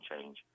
change